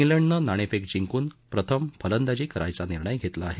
उलंडनं नाणेफेक जिंकून प्रथम फलंदाजी करायचा निर्णय घेतला आहे